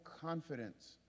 confidence